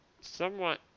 somewhat